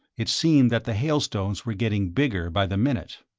it seemed that the hailstones were getting bigger by the minute.